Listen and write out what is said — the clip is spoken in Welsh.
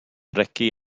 regi